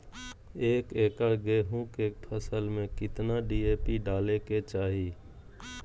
एक एकड़ गेहूं के फसल में कितना डी.ए.पी डाले के चाहि?